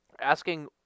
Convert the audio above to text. asking